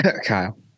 Kyle